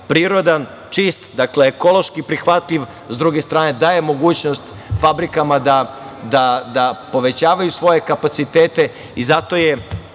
prirodan, čist, dakle, ekološki prihvatljiv, s druge strane, daje mogućnost fabrikama da povećavaju svoje kapacitete. Zato je